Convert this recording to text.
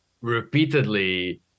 repeatedly